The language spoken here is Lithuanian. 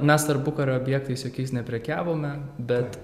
mes tarpukario objektais jokiais neprekiavome bet